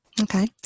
Okay